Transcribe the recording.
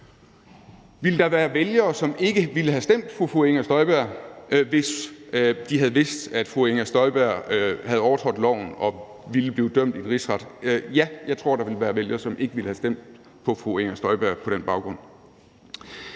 Ville der være vælgere, som ikke ville have stemt på fru Inger Støjberg, hvis de havde vidst, at fru Inger Støjberg havde overtrådt loven og ville blive dømt i Rigsretten? Ja, jeg tror, der ville være vælgere, som ikke ville have stemt på fru Inger Støjberg på den baggrund.